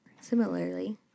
similarly